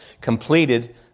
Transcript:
completed